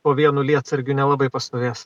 po vienu lietsargiu nelabai pastovės